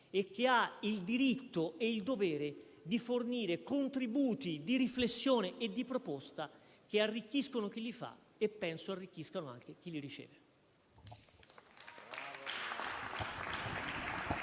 e che ha il diritto e il dovere di fornire contributi di riflessione e di proposta che arricchiscono chi li dà e - penso - anche chi li riceve.